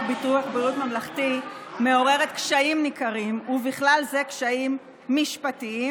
ביטוח בריאות ממלכתי מעוררת קשיים ניכרים ובכלל זה קשיים משפטיים.